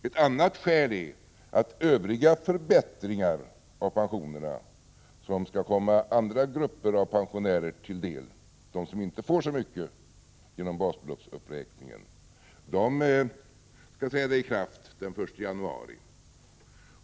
Ett annat skäl är att övriga förbättringar av pensionerna som skall komma andra grupper av pensionärer till del, nämligen de som inte får så mycket genom basbeloppsuppräkningen, skall träda i kraft den 1 januari.